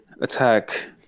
attack